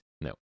No